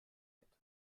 fett